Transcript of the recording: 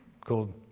called